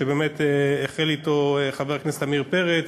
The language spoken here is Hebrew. שבאמת החל אותו חבר הכנסת עמיר פרץ.